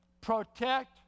Protect